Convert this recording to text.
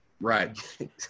Right